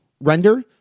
render